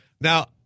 Now